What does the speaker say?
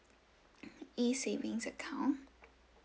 E savings account